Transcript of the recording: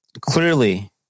clearly